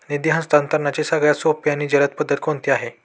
निधी हस्तांतरणाची सगळ्यात सोपी आणि जलद पद्धत कोणती आहे?